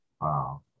Wow